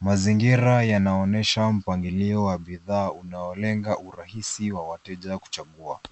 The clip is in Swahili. Mazingira yanaonesha mpangilio wa bidhaa unaolenga urahisi wa wateja kuchagua .